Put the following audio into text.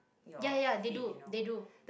ya ya ya they do they do